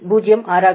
06 ஆகும்